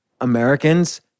Americans